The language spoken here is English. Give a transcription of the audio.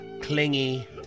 clingy